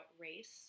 race